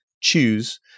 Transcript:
choose